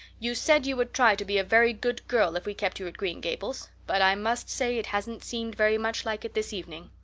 you said you would try to be a very good girl if we kept you at green gables, but i must say it hasn't seemed very much like it this evening.